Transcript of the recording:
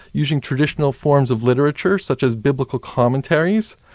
using traditional forms of literature, such as biblical commentaries,